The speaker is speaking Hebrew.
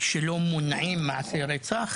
שלא מונעים מעשי רצח,